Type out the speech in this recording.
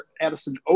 Addison